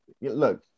Look